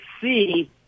see